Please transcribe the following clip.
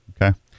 Okay